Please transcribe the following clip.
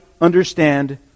understand